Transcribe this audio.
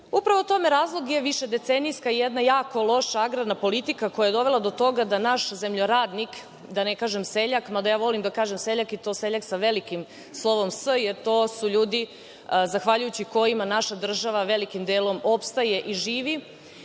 tome razlog je višedecenijska jedna jako loša agrarna politika koja je dovela do toga da naš zemljoradnik, da ne kažem seljak, mada ja volim da kažem seljak, i to seljak sa velikim slovom s, jer to su ljudi zahvaljujući kojima naša država velikim delom opstaje i živi.